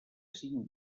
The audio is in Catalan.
cinc